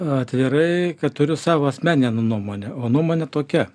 atvirai kad turiu savo asmeninę nuomonę o nuomonė tokia